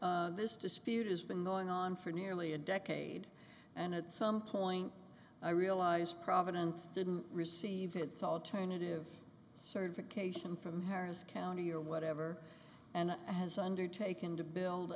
is this dispute has been going on for nearly a decade and at some point i realize providence didn't receive its alternative certification from harris county or whatever and has undertaken to build